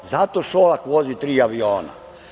Zato Šolak vozi tri aviona.